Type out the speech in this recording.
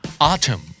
Autumn